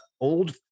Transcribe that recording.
Old